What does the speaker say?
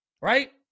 right